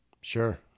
Sure